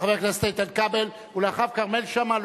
חבר הכנסת איתן כבל, ואחריו, כרמל שאמה.